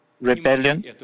rebellion